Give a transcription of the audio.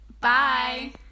Bye